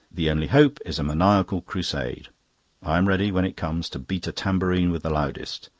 the only hope is a maniacal crusade i am ready, when it comes, to beat a tambourine with the loudest,